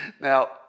Now